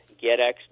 getx